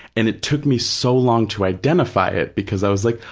and it took me so long to identify it because i was like,